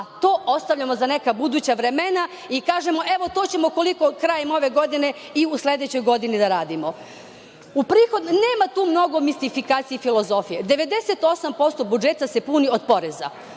to ostavljamo za neka buduća vremena i kažemo, evo to ćemo koliko krajem ove godine i u sledećoj godini da radimo. Nema tu mnogo mistifikacije i filozofije, 98% budžeta se puni od poreza,